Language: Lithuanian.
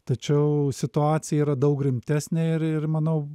tačiau situacija yra daug rimtesnė ir ir manau